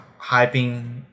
hyping